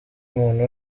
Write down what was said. umuntu